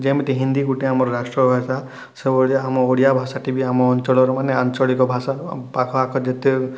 ଯେମତି ହିନ୍ଦୀ ଗୁଟେ ଆମର ରାଷ୍ଟ୍ର ଭାଷା ସେଭଳି ଆମ ଓଡ଼ିଆ ଭାଷାଟି ବି ଆମ ଅଞ୍ଚଳର ମାନେ ଆଞ୍ଚଳିକ ଭାଷାର ପାଖଆଖ ଯେତେ